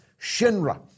Shinra